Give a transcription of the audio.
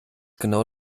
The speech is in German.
genau